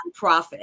nonprofit